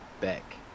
back